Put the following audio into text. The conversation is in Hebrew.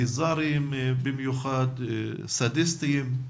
ביזאריים במיוחד, סדיסטיים,